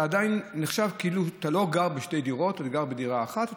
אתה עדיין נחשב כאילו אתה לא גר בשתי דירות אלא גר בדירה אחת.